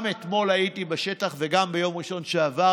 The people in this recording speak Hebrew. גם אתמול הייתי בשטח וגם ביום ראשון שעבר,